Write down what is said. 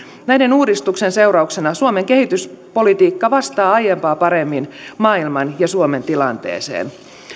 näiden uudistusten seurauksena suomen kehityspolitiikka vastaa aiempaa paremmin maailman ja suomen tilanteeseen